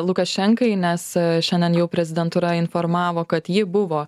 lukašenkai nes šiandien jau prezidentūra informavo kad ji buvo